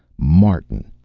martin.